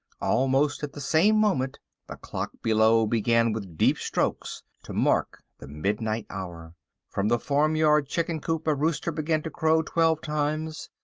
almost at the same moment the clock below began with deep strokes to mark the midnight hour from the farmyard chicken coop a rooster began to crow twelve times,